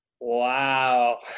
wow